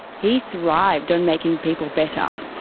he thrived on making people better.